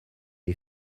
est